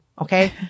Okay